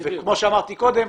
כמו שאמרתי קודם,